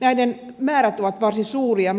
näiden ilmoituksien määrät mitä tulee ovat varsin suuria